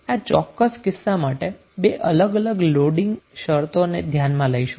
આ ચોક્કસ કિસ્સા માટે બે અલગ અલગ લોડિંગ શરતોને ધ્યાનમાં લઈશું